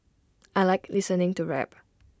I Like listening to rap